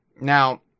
Now